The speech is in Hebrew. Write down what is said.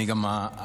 אני גם אברך,